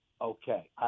Okay